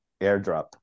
airdrop